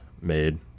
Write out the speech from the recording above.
made